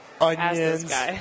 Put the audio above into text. Onions